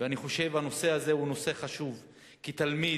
הוא נעשה לפי כביש האבות,